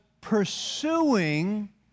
pursuing